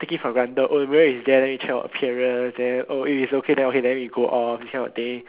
take it for granted oh the mirror is there then we check our appearance then oh if it's okay oh then we go off this kind of thing